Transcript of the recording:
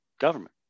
government